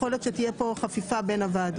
יכול להיות שתהיה פה חפיפה בין הוועדות.